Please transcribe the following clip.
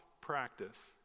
practice